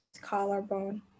collarbone